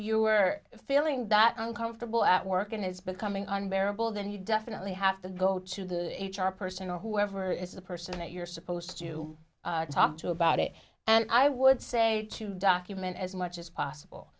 you are feeling that uncomfortable at work and it's becoming unbearable then you definitely have to go to the h r person or whoever is the person that you're supposed to talk to about it and i would say to document as much as possible